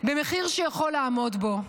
במחיר שהוא יכול לעמוד בו.